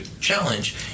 challenge